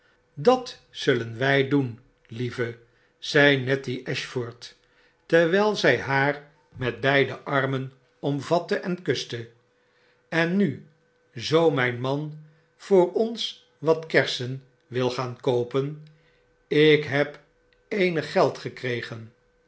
dat zullen wy doen lieve zei nettie ashford terwyl zy haar met beide armen omvatte en kuste en nu zoo myn man voor ons wat kersen wil gaan koopen ik heb eenig